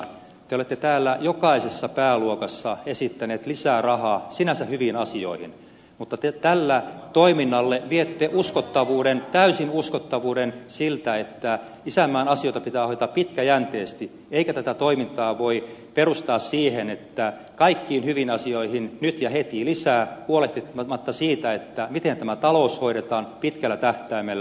te olette täällä jokaisessa pääluokassa esittäneet lisää rahaa sinänsä hyviin asioihin mutta te tällä toiminnalla viette täysin uskottavuuden siltä että isänmaan asioita pitää hoitaa pitkäjänteisesti eikä tätä toimintaa voi perustaa siihen että kaikkiin hyviin asioihin nyt ja heti lisää huolehtimatta siitä miten tämä talous hoidetaan pitkällä tähtäimellä